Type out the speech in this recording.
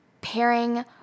pairing